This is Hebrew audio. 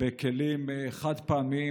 בכלים חד-פעמיים,